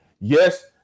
Yes